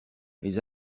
les